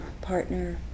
partner